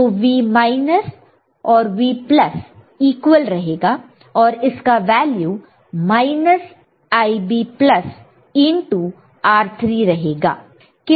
तो V V और equal रहेगा और इसका वैल्यू Ib इनटु R3 रहेगा